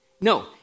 No